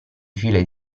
file